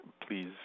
please